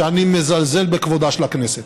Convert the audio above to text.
שאני מזלזל בכבודה של הכנסת.